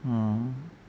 mm